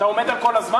אתה עומד על כל הזמן?